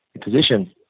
position